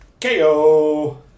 Ko